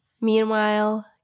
Meanwhile